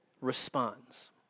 responds